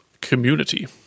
Community